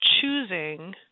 choosing